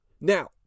Now